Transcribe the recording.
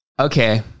Okay